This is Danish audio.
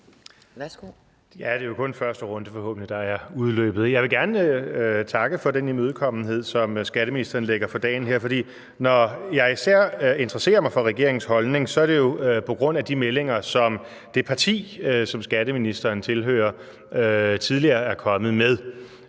det er jo kun første runde, forhåbentlig, der er udløbet. Jeg vil gerne takke for den imødekommenhed, som skatteministeren lægger for dagen her, for når jeg især interesserer mig for regeringens holdning, er det jo på grund af de meldinger, som det parti, som skatteministeren tilhører, tidligere er kommet med.